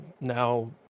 now